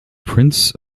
prince